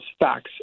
facts